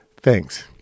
thanks